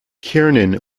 kiernan